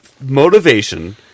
motivation